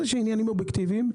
יש עניינים אובייקטיביים,